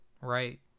right